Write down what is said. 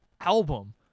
album